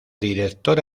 director